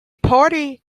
party